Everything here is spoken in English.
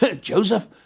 Joseph